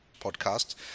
podcast